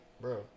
bro